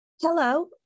Hello